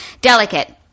delicate